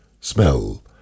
smell